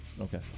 Okay